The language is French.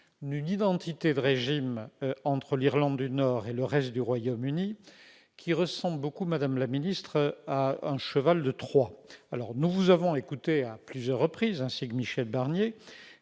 d'une identité de régime entre l'Irlande du Nord et le reste du Royaume-Uni, qui ressemble beaucoup, madame la ministre, à un cheval de Troie. Nous vous avons écoutée à plusieurs reprises, ainsi que Michel Barnier,